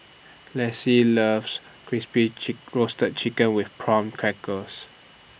Lessie loves Crispy chick Roasted Chicken with Prawn Crackers